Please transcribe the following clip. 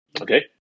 Okay